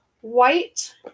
white